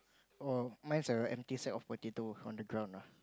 oh mines a empty set of potato on the ground ah